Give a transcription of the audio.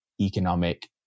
economic